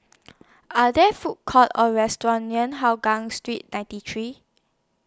Are There Food Courts Or restaurants near Hougang Street ninety three